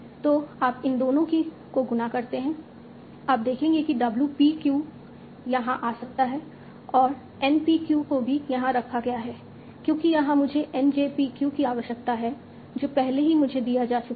तो आप इन दोनों को गुणा करते हैं आप देखेंगे कि W p q यहाँ आ सकता है और N p q को भी यहाँ रखा गया है क्योंकि यहाँ मुझे N j p q की आवश्यकता है जो पहले ही मुझे दिया जा चुका है